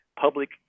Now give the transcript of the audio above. public